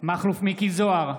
מכלוף מיקי זוהר,